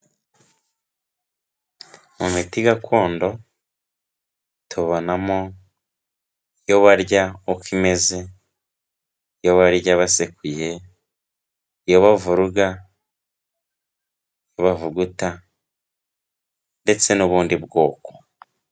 Mu miti gakondo tubonamo iyo barya uko imeze, iyo barya basekuye, iyo bavuruga, iyo bavuguta ndetse n'ubundi bwoko.